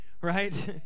right